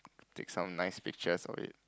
take some nice pictures of it